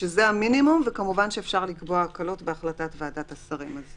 שזה המינימום וכמובן שאפשר לקבוע הקלות בהחלטת ועדת השרים.